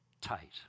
tight